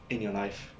in your life